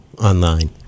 online